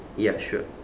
ya sure